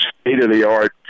state-of-the-art